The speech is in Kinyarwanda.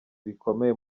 bikomeye